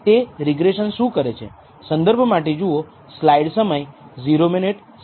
તે રિગ્રેસન શું કરે છે